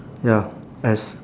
ya S